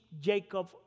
Jacob